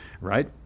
right